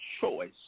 Choice